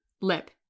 Lip